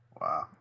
Wow